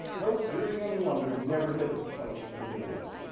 nope, you're the only one. we've never had the complaint from anybody else.